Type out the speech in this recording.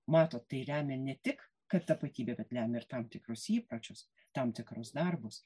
matot tai lemia ne tik kad tapatybė bet lemia ir tam tikrus įpročius tam tikrus darbus